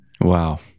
Wow